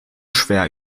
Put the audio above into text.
schwer